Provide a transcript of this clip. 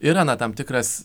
yra na tam tikras